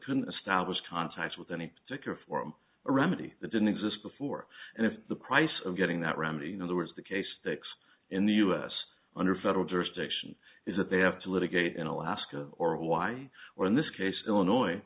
couldn't establish contact with any particular forum or any that didn't exist before and if the price of getting that remedy you know there was the case that in the us under federal jurisdiction is that they have to litigate in alaska or hawaii or in this case illinois